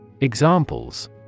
Examples